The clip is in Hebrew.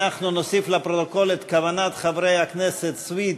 אנחנו נוסיף לפרוטוקול את כוונת חברי הכנסת סויד,